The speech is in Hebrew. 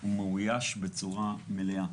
הוא מאויש בצורה מלאה.